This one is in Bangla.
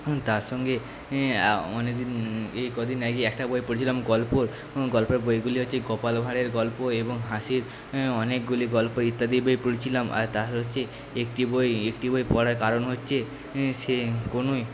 তার সঙ্গে অনেকদিন এই কদিন আগেই একটা বই পড়েছিলাম গল্পর গল্পের বইগুলি হচ্ছে গোপাল ভাঁড়ের গল্প এবং হাসির অনেকগুলি গল্প ইত্যাদি বই পড়েছিলাম আর তার হচ্ছে একটি বই একটি বই পড়ার কারণ হচ্ছে সে কোনো